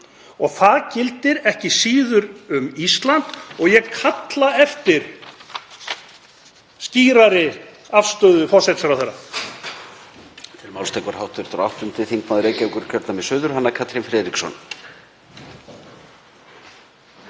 Það gildir ekki síður um Ísland og ég kalla eftir skýrari afstöðu forsætisráðherra.